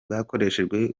bwakoreshejwe